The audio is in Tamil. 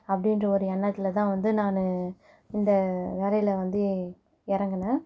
அப்படின்ற ஒரு எண்ணத்தில் தான் வந்து நான் இந்த வேலையில் வந்து இறங்குனேன்